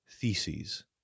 theses